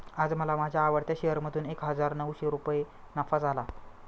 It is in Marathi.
आज मला माझ्या आवडत्या शेअर मधून एक हजार नऊशे रुपये नफा झाला